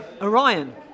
Orion